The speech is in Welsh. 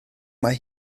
mae